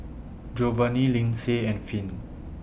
Jovanni Lindsay and Finn